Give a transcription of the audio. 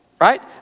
Right